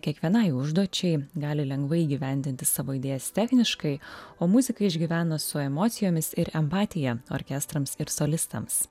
kiekvienai užduočiai gali lengvai įgyvendinti savo idėjas techniškai o muzika išgyvena su emocijomis ir empatija orkestrams ir solistams